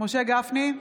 משה גפני,